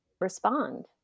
respond